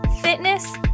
fitness